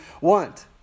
want